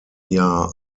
jahr